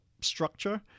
structure